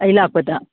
ꯑꯩ ꯂꯥꯛꯄꯗ